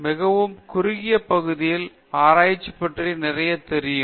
மிகவும் குறுகிய பகுதியில் ஆராய்ச்சி பற்றி நிறைய தெரியும்